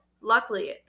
luckily